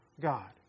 god